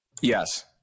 Yes